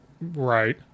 Right